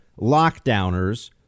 lockdowners